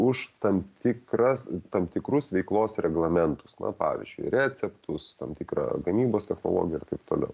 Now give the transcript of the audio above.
už tam tikras tam tikrus veiklos reglamentus na pavyzdžiui receptus tam tikrą gamybos technologiją ir taip toliau